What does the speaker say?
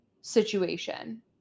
situation